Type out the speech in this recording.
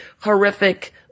horrific